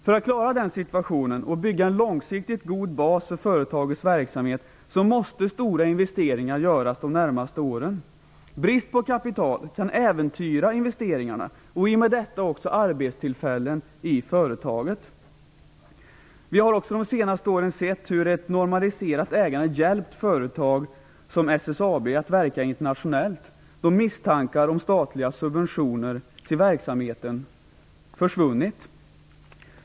För att klara den situationen och för att bygga en långsiktigt god bas för företagets verksamhet måste stora investeringar göras under de närmaste åren. Brist på kapital kan äventyra investeringarna, i och med detta också arbetstillfällen i företaget. Under de senaste åren har vi sett hur ett normaliserat ägande hjälpt företag som SSAB att verka internationellt, då misstankar om statliga subventioner till verksamheten försvunnit.